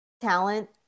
talent